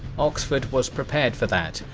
oxford was prepared for that,